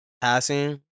passing